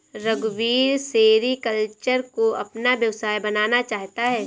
रघुवीर सेरीकल्चर को अपना व्यवसाय बनाना चाहता है